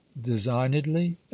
designedly